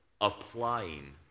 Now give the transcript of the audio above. applying